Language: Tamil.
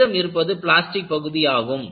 மீதம் இருப்பது பிளாஸ்டிக் பகுதி ஆகும்